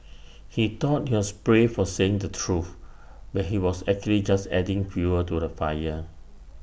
he thought he was brave for saying the truth but he was actually just adding fuel to the fire